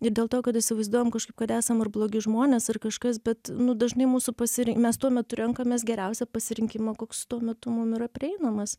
ir dėl to kad įsivaizduojam kažkaip kad esam ar blogi žmonės ar kažkas bet nu dažnai mūsų pasirin mes tuo metu renkamės geriausią pasirinkimą koks tuo metu mum yra prieinamas